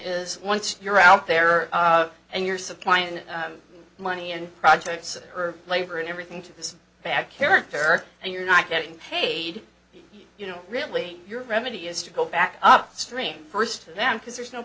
is once you're out there and you're supplying money and projects labor and everything to this bad character and you're not getting paid you know really your remedy is to go back upstream first to them because there's no